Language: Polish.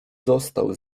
został